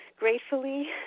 Gratefully